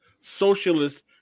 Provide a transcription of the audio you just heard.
socialist